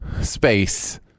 Space